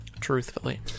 Truthfully